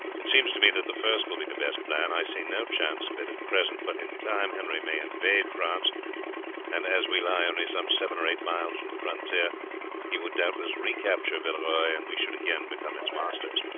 it seems to me that the first will be the best plan. i see no chance of it at present, but in time henry may invade france and as we lie only some seven or eight miles from the frontier he would doubtless recapture villeroy, and we should again become its masters.